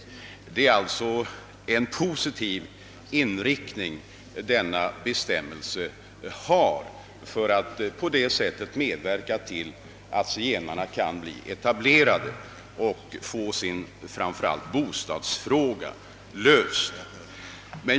Denna bestämmelse har alltså en positiv inriktning för att på detta sätt medverka till att zigenarna kan etablera sig och framför allt få sin bostadsfråga löst.